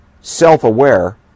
self-aware